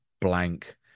blank